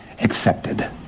accepted